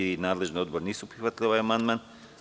Vlada i nadležni Odbor nisu prihvatili ovaj amandman.